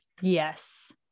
Yes